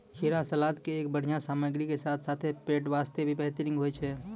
खीरा सलाद के एक बढ़िया सामग्री के साथॅ साथॅ पेट बास्तॅ भी बेहतरीन होय छै